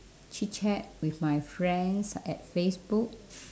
chitchat with my friends at facebook